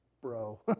bro